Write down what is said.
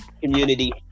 community